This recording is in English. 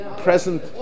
present